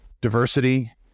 diversity